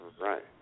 right